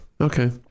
okay